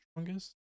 strongest